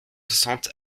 soixante